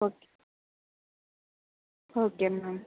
okay okay ma'am